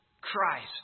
Christ